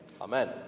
amen